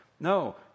No